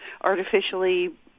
artificially